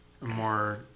more